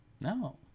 No